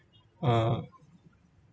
uh